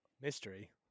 mystery